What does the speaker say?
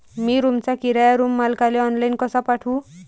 मी रूमचा किराया रूम मालकाले ऑनलाईन कसा पाठवू?